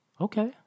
Okay